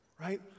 right